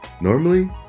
Normally